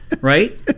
Right